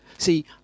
See